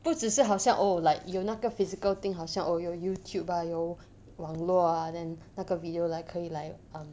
不只是好像 oh like 有那个 physical thing 好像 oh 有 YouTube ah 有网络 ah then 那个 video like 可以 like um